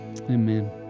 Amen